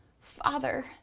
Father